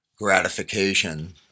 gratification